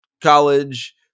college